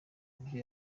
kubyo